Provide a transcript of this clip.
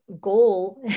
goal